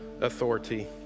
authority